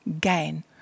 gain